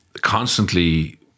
constantly